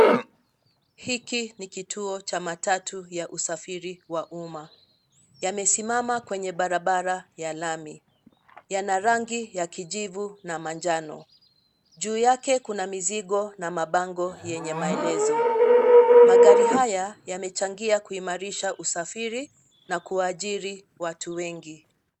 Hiki ni kituo cha matatu ya usafiri wa umma, yamesimama kwenye barabara ya lami. Yana rangi ya kijivu na manjano. Juu yake kuna mizigo na mabango yenye maelezo. Magari haya yamechangia kuimarisha usafiri na kuajiri watu wengi.